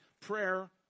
prayer